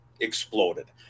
exploded